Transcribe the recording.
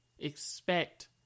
expect